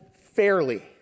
fairly